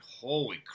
holy